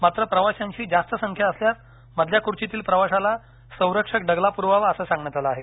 मात्र प्रवाशांची जास्त संख्या असल्यास मधल्या खुर्चीतील प्रवाशाला संरक्षक डगला प्रवावा असं सांगण्यात आलं आहे